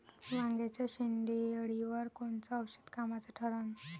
वांग्याच्या शेंडेअळीवर कोनचं औषध कामाचं ठरन?